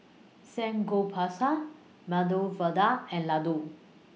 Samgeyopsal Medu Vada and Ladoo